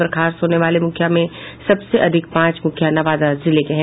बर्खास्त होने वाले मुखिया में सबसे अधिक पांच मुखिया नवादा जिले के हैं